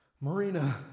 Marina